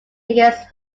against